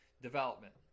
development